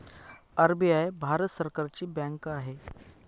RBI Bharat सरकारची bank आहे